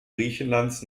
griechenlands